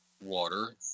water